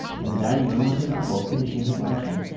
in the dining-room was his uncle, finishing his luncheon.